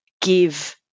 give